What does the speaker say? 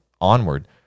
onward